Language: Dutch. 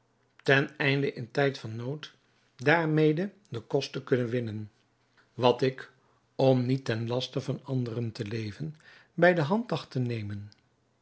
ten einde in tijd van nood daarmede den kost te kunnen winnen wat ik om niet ten laste van anderen te leven bij de hand dacht te nemen